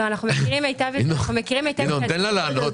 ינון, תן לה לענות.